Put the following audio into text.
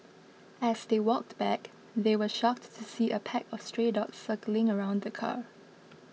as they walked back they were shocked to see a pack of stray dogs circling around the car